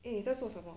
eh 你在做什么